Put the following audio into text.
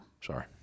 Sorry